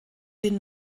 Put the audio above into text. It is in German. den